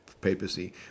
papacy